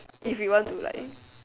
if you want to like